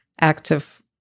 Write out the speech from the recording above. active